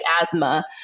asthma